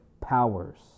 powers